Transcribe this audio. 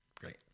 Great